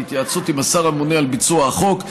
בהתייעצות עם השר הממונה על ביצוע החוק,